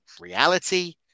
reality